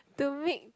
to make